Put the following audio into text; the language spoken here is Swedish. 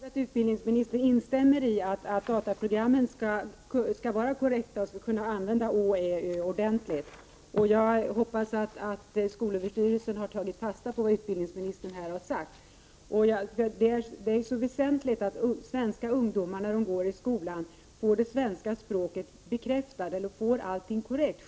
Herr talman! Jag är mycket glad att utbildningsministern instämmer i att dataprogrammen skall vara korrekta och kunna använda bokstäverna å, ä och ö ordentligt. Jag hoppas att skolöverstyrelsen tar fasta på vad utbildningsministern här har sagt. Det är väsentligt att svenska ungdomar när de går i skolan får det svenska språket bekräftat på ett korrekt sätt.